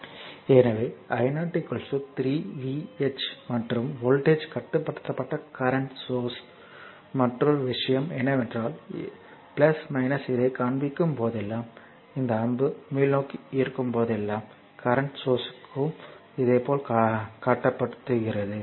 எனவே i 0 3 V h மற்றும் voltage கட்டுப்படுத்தப்பட்ட கரண்ட் சோர்ஸ் ஆகும் மற்றொரு விஷயம் என்னவென்றால் இதைக் காண்பிக்கும் போதெல்லாம் இந்த அம்பு மேல்நோக்கி இருக்கும் போதெல்லாம் கரண்ட் சோர்ஸ்க்கும் இதேபோல் காட்டப்படுகிறது